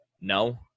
No